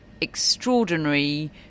extraordinary